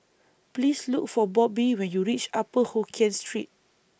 Please Look For Bobbie when YOU REACH Upper Hokkien Street